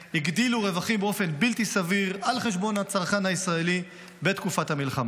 הגדילו רווחים באופן בלתי סביר על חשבון הצרכן הישראלי בתקופת המלחמה.